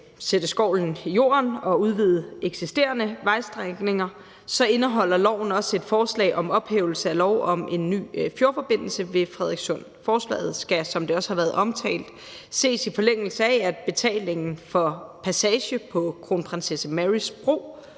sætte skovlen i jorden og udvide eksisterende vejstrækninger indeholder lovforslaget også et forslag om ophævelse af lov om en ny fjordforbindelse ved Frederikssund. Forslaget skal, som det også har været omtalt, ses i forlængelse af, at betalingen for passage på Kronprinsesse Marys Bro